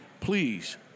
please